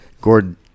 gordon